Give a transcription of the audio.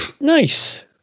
nice